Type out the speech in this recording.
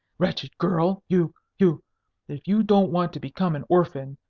wretched girl! you you if you don't want to become an orphan,